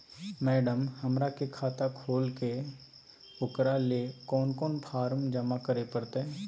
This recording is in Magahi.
मैडम, हमरा के खाता खोले के है उकरा ले कौन कौन फारम जमा करे परते?